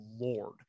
lord